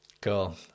Cool